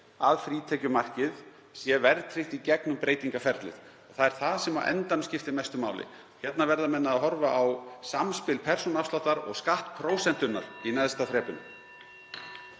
að frítekjumarkið sé verðtryggt í gegnum breytingaferlið. Það er það sem á endanum skiptir mestu máli. Hér verða menn að horfa á samspil persónuafsláttar og skattprósentunnar (Forseti